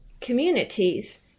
communities